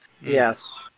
Yes